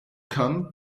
come